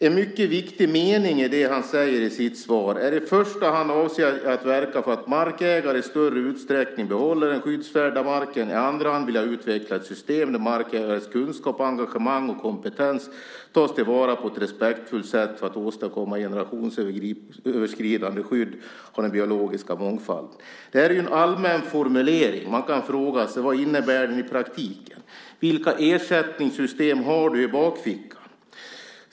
En mycket viktig del i hans svar är att han i första hand avser att verka för att markägare i större utsträckning behåller den skyddsvärda marken. I andra hand vill han utveckla ett system där markägarens kunskap, engagemang och kompetens tas till vara på ett respektfullt sätt för att åstadkomma ett generationsöverskridande skydd av den biologiska mångfalden. Det är ju en allmän formulering, och man kan fråga sig vad den innebär i praktiken. Vilka ersättningssystem har du i bakfickan?